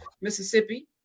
Mississippi